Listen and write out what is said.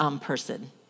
person